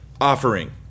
offering